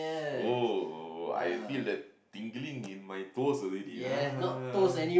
oh I feel the tingling in my toes already lah